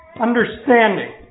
understanding